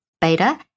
beta